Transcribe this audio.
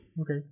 Okay